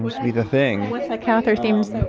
mostly the thing with the catholic themes.